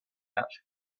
out